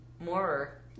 More